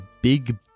big